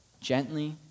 gently